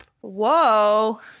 Whoa